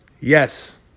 yes